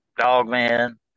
Dogman